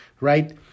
right